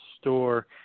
store